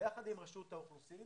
ביחד עם רשות האוכלוסין,